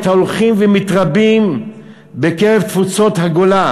ההולכים ומתרבים בקרב תפוצות הגולה"